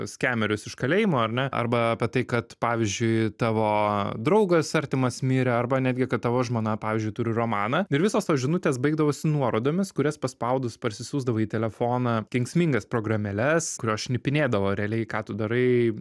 skemerius iš kalėjimo ar ne arba apie tai kad pavyzdžiui tavo draugas artimas mirė arba netgi kad tavo žmona pavyzdžiui turi romaną ir visos tos žinutės baigdavosi nuorodomis kurias paspaudus parsisiųsdavo į telefoną kenksmingas programėles kurios šnipinėdavo realiai ką tu darai